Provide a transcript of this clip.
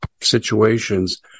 situations